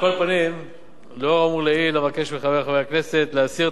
לאור האמור לעיל אבקש מחברי חברי הכנסת להסיר את הצעת החוק מסדר-היום.